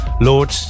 Lord